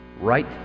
right